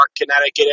Connecticut